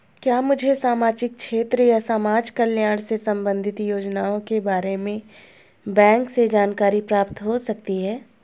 क्या मुझे सामाजिक क्षेत्र या समाजकल्याण से संबंधित योजनाओं के बारे में बैंक से जानकारी प्राप्त हो सकती है?